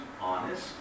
honest